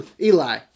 Eli